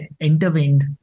intervened